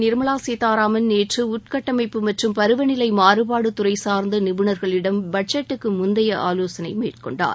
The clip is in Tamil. நிர்மவா சீதாராமன் நேற்று உள்கட்டமைப்பு மற்றும் பருவநிலை மாறுபாடு துறை சார்ந்த நிபுணர்களிடம் பட்ஜெட்டுக்கு முந்தைய ஆலோசனை மேற்கொண்டார்